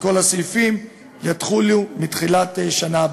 בכל הסעיפים, יחולו מתחילת שנה הבאה.